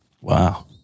Wow